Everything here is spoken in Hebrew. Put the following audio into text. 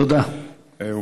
תודה, אדוני, תודה.